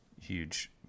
huge